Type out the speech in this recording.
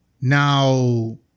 Now